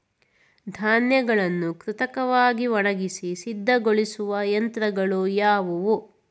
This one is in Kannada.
ಧಾನ್ಯಗಳನ್ನು ಕೃತಕವಾಗಿ ಒಣಗಿಸಿ ಸಿದ್ದಗೊಳಿಸುವ ಯಂತ್ರಗಳು ಯಾವುವು?